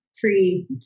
free